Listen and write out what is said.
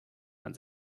man